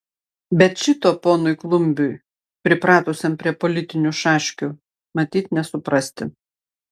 bet šito ponui klumbiui pripratusiam prie politinių šaškių matyt nesuprasti